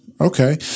Okay